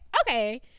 okay